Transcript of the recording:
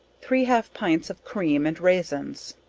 three half pints of cream and raisins,